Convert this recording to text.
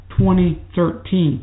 2013